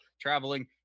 traveling